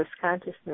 Consciousness